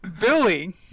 Billy